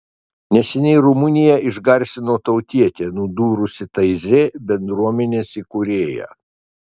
neseniai rumuniją išgarsino tautietė nudūrusi taizė bendruomenės įkūrėją